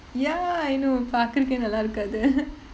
ya I know பாக்குறதுக்கே நல்லா இருக்காது: paakurathukkae nallaa irukaathu